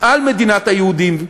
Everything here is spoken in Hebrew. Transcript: על מדינת היהודים,